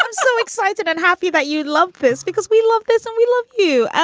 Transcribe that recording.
um so excited and happy about you love this because we love this and we love you.